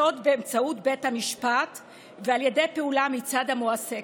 באמצעות בית המשפט ועל ידי פעולה מצד המועסקת,